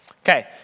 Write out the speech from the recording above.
Okay